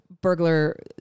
burglar